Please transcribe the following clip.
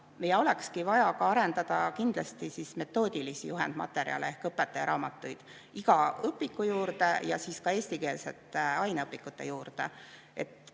Meil olekski vaja kindlasti arendada metoodilisi juhendmaterjale ehk õpetajaraamatuid iga õpiku juurde ja siis ka eestikeelsete aineõpikute juurde.